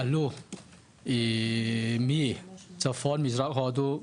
עלו מצפון מזרח הודו,